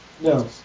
No